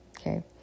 Okay